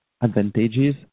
advantages